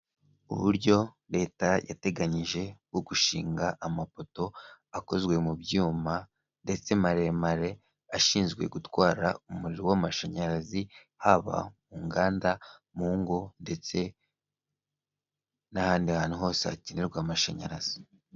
Uburyo leta yateganyije bwo gushinga amapoto akozwe mu byuma ndetse maremare ashinzwe gutwara w'amashanyarazi, haba mu nganda, mu ngo ndetse n'ahandi hantu hose hakenerwa amashanyarazi.